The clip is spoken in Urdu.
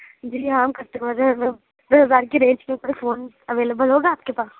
جی ہاں ہم دس ہزار کی رینج تک فون اویلیبل ہوگا آپ کے پاس